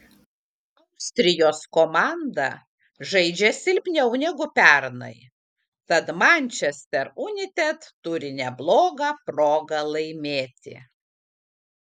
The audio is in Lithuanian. austrijos komanda žaidžia silpniau negu pernai tad manchester united turi neblogą progą laimėti